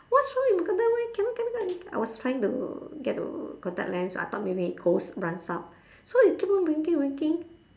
what's wrong with my contact len cannot cannot cannot I was trying to get to contact lens I thought maybe it goes runs up so it keep on winking winking